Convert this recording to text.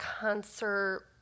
concert